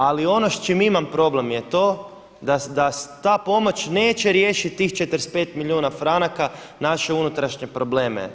Ali ono s čime imam problem je to da ta pomoć neće riješiti tih 45 milijuna franaka naše unutrašnje probleme.